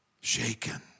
Shaken